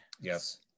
Yes